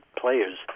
players